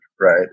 right